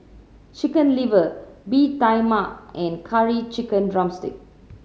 Chicken Liver Bee Tai Mak and Curry Chicken drumstick